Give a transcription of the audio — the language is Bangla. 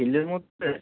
হিলের মধ্যে